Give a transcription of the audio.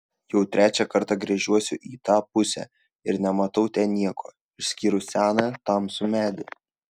jau trečią kartą gręžiuosi į tą pusę ir nematau ten nieko išskyrus seną tamsų medį